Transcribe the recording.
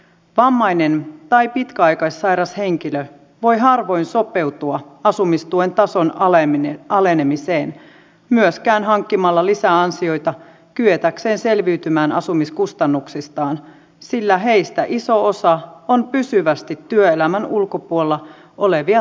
vammainen tai pitkäaikaissairas henkilö voi harvoin sopeutua asumistuen tason alenemiseen myöskään hankkimalla lisäansioita kyetäkseen selviytymään asumiskustannuksistaan sillä heistä iso osa on pysyvästi työelämän ulkopuolella olevia takuueläkeläisiä